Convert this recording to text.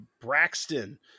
Braxton